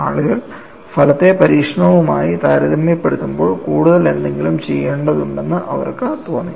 ആളുകൾ ഫലത്തെ പരീക്ഷണവുമായി താരതമ്യപ്പെടുത്തുമ്പോൾ കൂടുതൽ എന്തെങ്കിലും ചെയ്യേണ്ടതുണ്ടെന്ന് അവർക്ക് തോന്നി